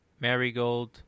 Marigold